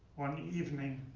one evening.